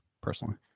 personally